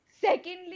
Secondly